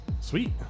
Sweet